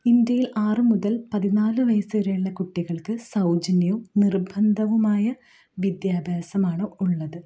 ഇന്ത്യയിൽ ആറ് മുതൽ പതിനാല് വയസ്സുവരെയുള്ള കുട്ടികൾക്ക് സൗജന്യവും നിർബന്ധവുമായ വിദ്യാഭ്യാസമാണ് ഉള്ളത്